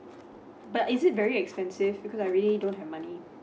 but is it very expensive because I really don't have money